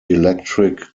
electric